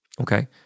Okay